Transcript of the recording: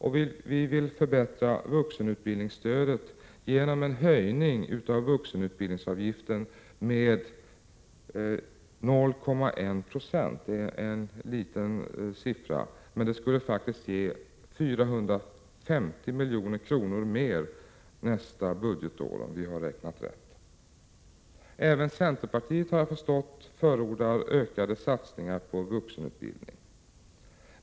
Vi vill också förbättra vuxenutbildningsstödet genom en höjning av vuxenutbildningsavgiften med 0,1 90 — en liten siffra, men det skulle ge 450 milj.kr. mer under nästa budgetår, om vi har räknat rätt. Även centerpartiet, har jag förstått, förordar ökade satsningar på vuxenutbildning.